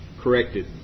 corrected